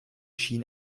schien